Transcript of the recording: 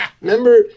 Remember